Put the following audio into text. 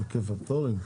את היקף הפטורים?